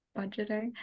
budgeting